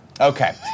Okay